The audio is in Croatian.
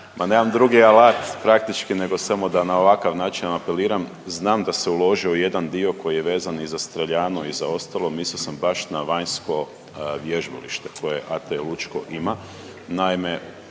nemam drugi alat praktički nego samo da na ovakav način apeliram. Znam da se uložio i jedan dio koji je vezan i za streljanu i za ostalo, mislio sam baš na vanjsko vježbališta koje AT Lučko ima.